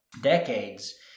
decades